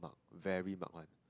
very mug one